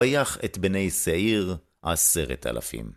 ויך את בני שעיר עשרת אלפים.